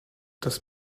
das